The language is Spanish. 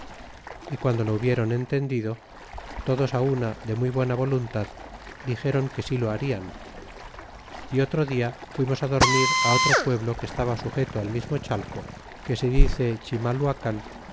y guando lo hubieron entendido todos á una de muy buena voluntad dixeron que si lo harian y otro dia fuimos dormir otro pueblo que estaba sujeto al mismo chateo que se dice